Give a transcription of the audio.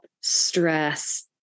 stress